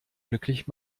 glücklich